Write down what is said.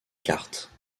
carte